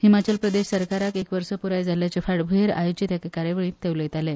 हिमाचल प्रदेश सरकाराक एक वर्स पुराय जाल्ल्याचे फाटभुयेर आयोजित कार्यावळीत ते उलयताले